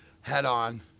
head-on